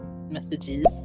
Messages